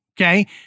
Okay